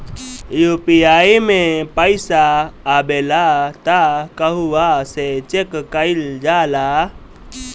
UPI मे पइसा आबेला त कहवा से चेक कईल जाला?